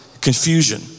Confusion